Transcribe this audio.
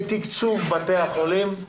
בתקצוב בתי החולים.